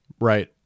Right